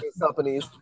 companies